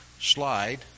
slide